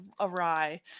awry